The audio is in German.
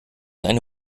eine